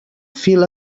fil